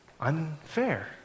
unfair